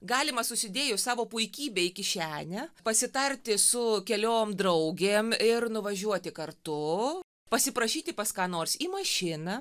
galima susidėjus savo puikybę į kišenę pasitarti su keliom draugėm ir nuvažiuoti kartu pasiprašyti pas ką nors į mašiną